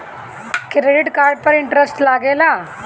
Credit card पर interest लागेला?